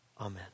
Amen